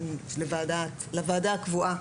לוועדה הקבועה,